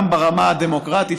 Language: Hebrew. גם ברמה הדמוקרטית,